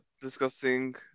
discussing